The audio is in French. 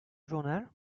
journal